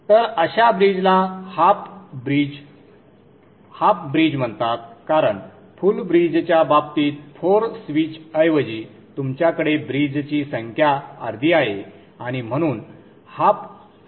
तर अशा ब्रिजला हाफ ब्रिज हाफ ब्रिज म्हणतात कारण फुल ब्रिजच्या बाबतीत 4 स्विचऐवजी तुमच्याकडे ब्रिजची संख्या अर्धी आहे आणि म्हणून हाफ पूल आहे